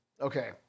Okay